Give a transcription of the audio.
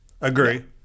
agree